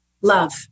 Love